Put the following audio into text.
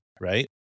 right